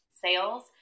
sales